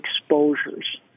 exposures